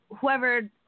whoever